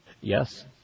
Yes